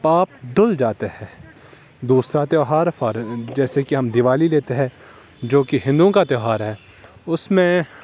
پاپ دھل جاتے ہیں دوسرا تہوار فار جیسے کہ ہم دیوالی لیتے ہیں جوکہ ہندوؤں کا تہوار ہے اس میں